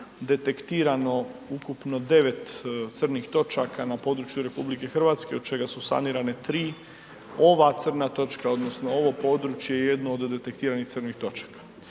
detektirano ukupno 9 crnih točaka na području RH od čega su sanirane 3, ova crna točka odnosno ovo područje je jedno od detektiranih crnih točaka.